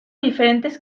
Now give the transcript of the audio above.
diferentes